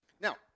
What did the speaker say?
Now